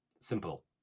simple